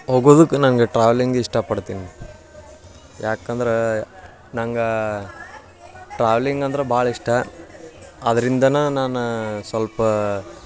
ಹೋಗುದುಕ್ಕ್ ನಂಗೆ ಟ್ರಾವೆಲಿಂಗ್ ಇಷ್ಟಪಡ್ತೀನಿ ಯಾಕಂದ್ರೆ ನಂಗೆ ಟ್ರಾವೆಲಿಂಗ್ ಅಂದ್ರೆ ಭಾಳ ಇಷ್ಟ ಆದ್ರಿಂದನ ನಾನು ಸ್ವಲ್ಪ